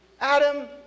Adam